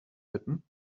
bitten